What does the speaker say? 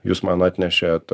jūs man atnešėt